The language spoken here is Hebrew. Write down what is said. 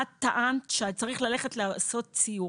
את טענת שצריך לעשות סיור,